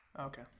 okay